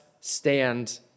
stand